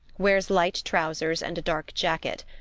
wears light trousers and a dark jacket.